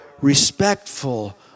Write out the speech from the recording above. respectful